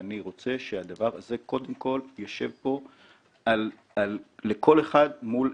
אני רוצה שהדבר הזה יהיה מול עיניו של כל אחד פה